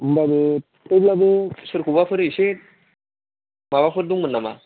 होनब्लाबो थेवब्लाबो सोरखौबाफोर एसे माबाफोर दंमोन नामा